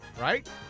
right